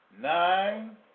nine